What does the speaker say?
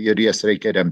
ir jas reikia remt